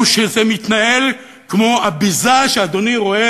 הוא שזה מתנהל כמו הביזה שאדוני רואה